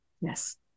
Yes